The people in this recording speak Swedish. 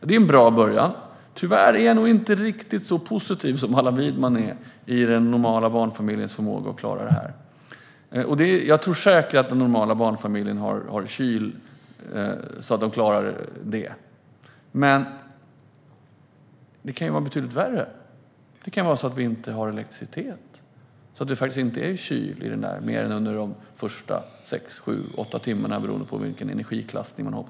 Det är en bra början, men tyvärr är jag nog inte lika optimistisk som Allan Widman om den normala barnfamiljens förmåga att klara detta. Jag tror säkert att en normal barnfamilj har varor i kylen som räcker, men det kan vara betydligt värre, till exempel att vi inte har elektricitet och att det inte finns någon kyla i kylskåpet i mer än sex, sju eller åtta timmar beroende på vilken energiklassning det har.